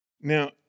Now